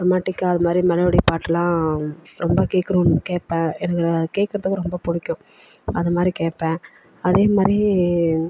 ரொமாண்ட்டிக்காக அது மாதிரி மெலோடி பாட்டுலாம் ரொம்ப கேட்கணும்னு கேட்பேன் எனக்கு கேட்கறதுக்கு ரொம்ப பிடிக்கும் அது மாதிரி கேட்பேன் அதே மாதிரி